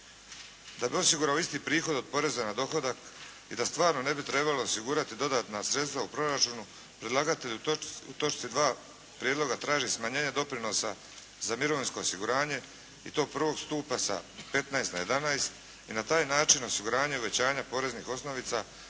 Da bi osigurali isti prihod od poreza na dohodak i da stvarno ne bi trebalo osigurati dodatna sredstva u proračunu predlagatelj u točci 2. prijedloga traži smanjenje doprinosa za mirovinsko osiguranje i to prvog stupa sa 15 na 11 i na taj način osiguranje uvećanja poreznih osnovica